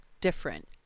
different